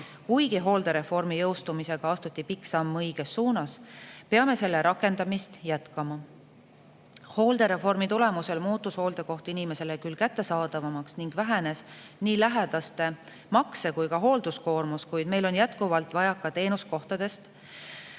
Kuigi hooldereformi jõustumisega astuti pikk samm õiges suunas, peame selle rakendamist jätkama. Hooldereformi tulemusel muutus hooldekoht inimesele küll kättesaadavamaks ning vähenes nii lähedaste makse‑ kui ka hoolduskoormus, kuid meil on jätkuvalt vajaka nii teenuskohtadest